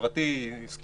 חברתי וכן הלאה,